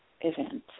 event